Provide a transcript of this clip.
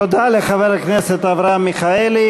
תודה לחבר הכנסת אברהם מיכאלי.